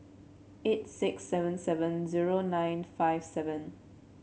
eight six seven seven zero nine five seven